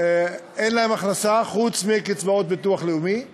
אין הכנסה, חוץ מקצבאות ביטוח לאומי למיניהן,